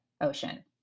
ocean